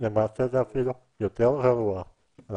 למעשה, זה אפילו יותר גרוע.